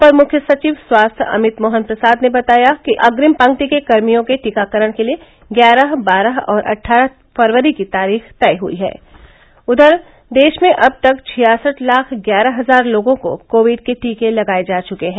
अपर मुख्य सचिव स्वास्थ्य अमित मोहन प्रसाद ने बताया कि अग्रिम पंक्ति के कर्मियों के टीकाकरण के लिए ग्यारह बारह और अट्ठारह फरवरी की तारीख तय हुई हैं उधर देश में अब तक छियासठ लाख ग्यारह हजार लोगों को कोविड के टीके लगाये जा चुके हैं